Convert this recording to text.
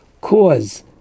cause